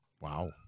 Wow